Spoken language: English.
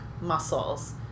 muscles